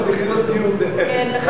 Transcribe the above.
500 יחידות דיור זה אפס.